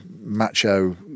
macho